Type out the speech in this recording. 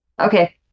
okay